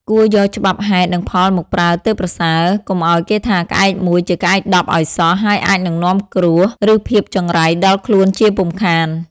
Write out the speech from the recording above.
គួរយកច្បាប់ហេតុនិងផលមកប្រើទើបប្រសើរ កុំឱ្យគេថាក្អែកមួយជាក្អែកដប់ឱ្យសោះ ហើយអាចនឹងនាំគ្រោះ ឬភាពចង្រៃដល់ខ្លួនជាពុំខាន។